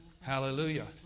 Hallelujah